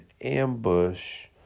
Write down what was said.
ambush